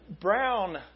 brown